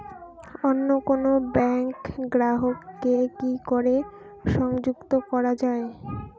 অন্য কোনো ব্যাংক গ্রাহক কে কি করে সংযুক্ত করা য়ায়?